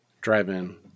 drive-in